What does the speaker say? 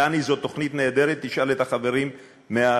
דני, זאת תוכנית נהדרת, תשאל את החברים מהרשויות.